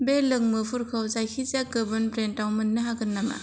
बे लोंमुंफोरखौ जायखिजाया गुबुन ब्रेन्डाव मोन्नो हागोन नामा